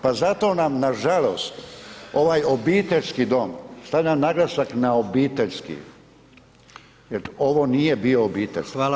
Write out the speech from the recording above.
Pa zato nam nažalost ovaj obiteljski doma, stavljam naglasak na obiteljski jer ovo nije bio obiteljski [[Upadica predsjednik: Hvala vam.]] Hvala.